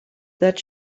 that